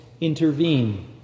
intervene